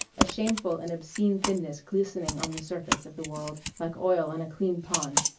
a shameful and obscene thinness glistening on the surface of the world like oil on a clean pond,